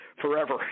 forever